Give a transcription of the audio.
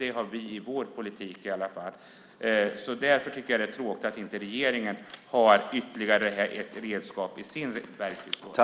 Det ger vi med vår politik. Det är tråkigt att regeringen inte har några ytterligare redskap i sin verktygslåda.